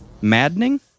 maddening